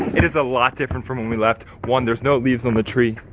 it is a lot different from when we left. one, there's no leaves on the tree.